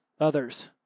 others